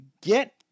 get